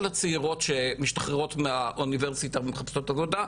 הצעירות שמשתחררות מהאוניברסיטה ומחפשות עבודה,